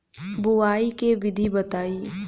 बुआई के विधि बताई?